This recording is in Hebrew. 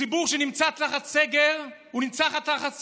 ציבור שנמצא תחת סגר נמצא תחת סבל.